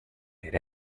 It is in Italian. per